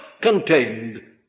contained